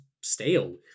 stale